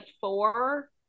four